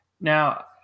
Now